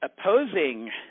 opposing